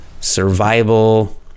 survival